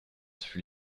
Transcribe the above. fut